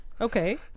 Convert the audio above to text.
Okay